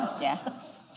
yes